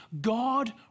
God